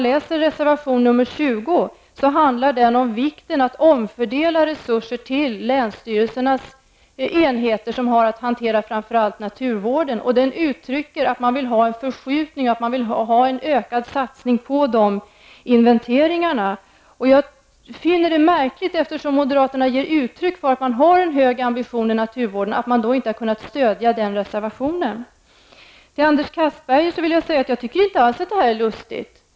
Men reservation 20 handlar om vikten av att omfördela resurser till länsstyrelsernas enheter som har att hantera framför allt naturvården. I den uttrycks att man vill ha en ökad satsning på dessa inventeringar. Eftersom moderaterna ger uttryck för att de har en hög ambition när det gäller naturvården, finner jag det märkligt att de inte har kunnat stödja den reservationen. Till Anders Castberger vill jag säga att jag inte alls tycker att det här är lustigt.